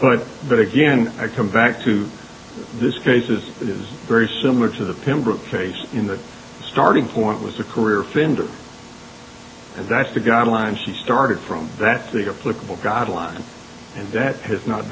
point but again i come back to this case as it is very similar to the pembroke phase in that starting point was the career vendor and that's the guidelines she started from that to your political guideline and that has not